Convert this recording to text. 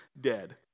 dead